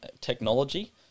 technology